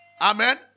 Amen